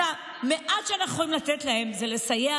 אז המעט שאנחנו יכולים לתת להם זה לסייע